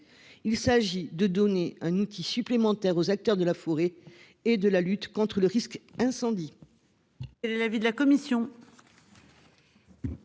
Il s'agit de donner un outil supplémentaire aux acteurs de la. Et de la lutte contre le risque incendie.